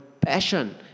passion